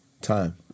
Time